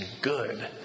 good